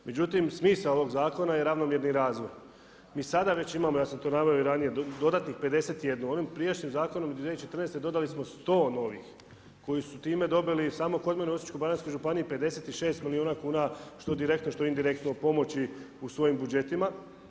Međutim smisao ovog zakona je ravnomjerni razvoj. mi sada već imamo, ja sam to naveo i ranije, dodatnih 51. onim prijašnjim zakonom iz 2014. dodali smo 100 novih koji su time dobili samo kod mene u Osječko-baranjskoj županiji 56 milijuna kuna što direktno, što indirektno pomoći u svojim budžetima.